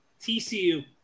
TCU